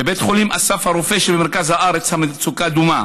בבית חולים אסף הרופא שבמרכז הארץ המצוקה דומה.